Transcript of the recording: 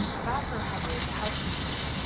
about her hover the housekeeper,